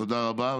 תודה רבה.